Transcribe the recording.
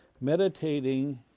meditating